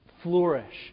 flourish